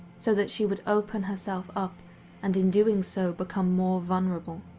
so that she would open herself up and in doing so become more vulnerable.